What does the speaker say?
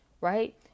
Right